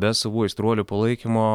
be savų aistruolių palaikymo